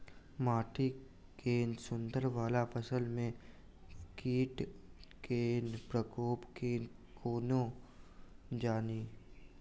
माटि केँ अंदर वला फसल मे कीट केँ प्रकोप केँ कोना जानि?